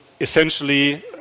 essentially